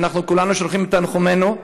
ואנחנו כולנו שולחים את תנחומינו.